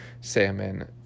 salmon